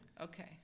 Okay